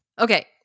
Okay